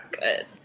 good